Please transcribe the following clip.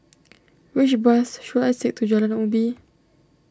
which bus should I take to Jalan Ubi